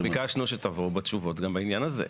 אנחנו ביקשנו שתבואו בתשובות גם בעניין הזה.